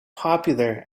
popular